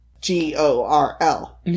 G-O-R-L